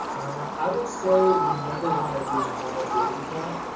i would say you never want to use a normal savings account,